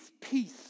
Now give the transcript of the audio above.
peace